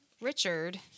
Richard